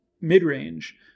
mid-range